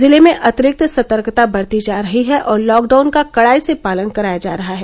जिले में अतिरिक्त सतर्कता बरती जा रही है और लॉकडाउन का कड़ाई से पालन कराया जा रहा है